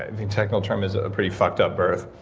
the technical term is a pretty fucked up birth.